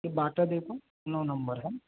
ये बाटा देखो नौ नंबर है